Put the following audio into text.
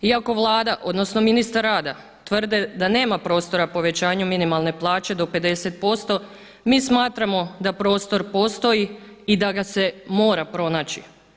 Iako Vlada odnosno ministar rada tvrde da nema prostora povećanju minimalne plaće do 50% mi smatramo da prostor postoji i da ga se mora pronaći.